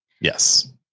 Yes